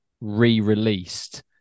re-released